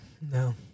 No